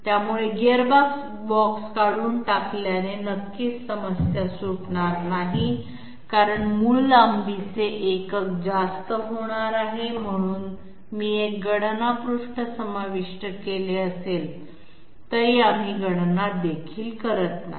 त्यामुळे गिअरबॉक्स काढून टाकल्याने नक्कीच समस्या सुटणार नाही कारण मूळ लांबीचे एकक जास्त होणार आहे म्हणून मी एक गणना पृष्ठ समाविष्ट केले असले तरी आम्ही गणना देखील करत नाही